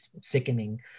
sickening